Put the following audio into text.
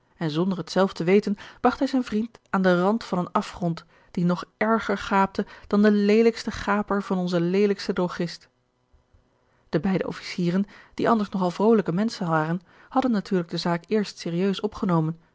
en zonder het zelf te weten bragt hij zijn vriend aan den rand van een afgrond die nog erger gaapte dan de leelijkste gaper van onzen leelijksten droogist de beide officieren die anders nog al vrolijke menschen waren hadden natuurlijk de zaak eerst serieus opgenomen